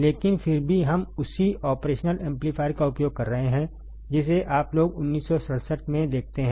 लेकिन फिर भी हम उसी ऑपरेशनल एम्पलीफायर का उपयोग कर रहे हैं जिसे आप लोग 1967 में देखते हैं